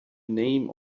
name